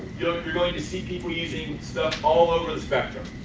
you are going to see people using stuff all over the spectrum.